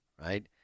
right